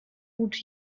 gute